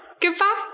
Goodbye